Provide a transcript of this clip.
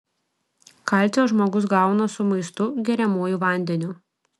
kalcio žmogus gauna su maistu geriamuoju vandeniu